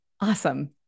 Awesome